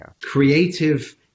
creative